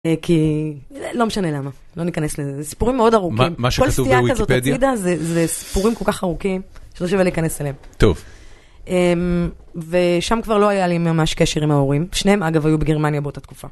כי לא משנה למה, לא ניכנס לזה, זה סיפורים מאוד ארוכים. מה שכתוב בוויקיפדיה, כל סטיה כזו הצידה זה סיפורים כל כך ארוכים, שזה לא שווה להיכנס אליהם. טוב. ושם כבר לא היה לי ממש קשר עם ההורים, שניהם אגב היו בגרמניה באותה תקופה.